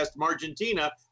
Argentina